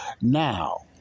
Now